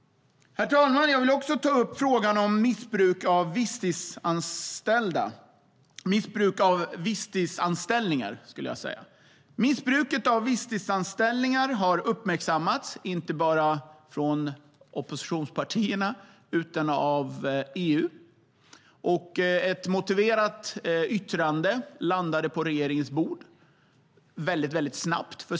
Herr talman! Jag vill också ta upp frågan om missbruk av visstidsanställningar. Missbruket av visstidsanställningar har uppmärksammats, inte bara av oppositionspartierna utan av EU. Ett motiverat yttrande landade på regeringens bord mycket snabbt.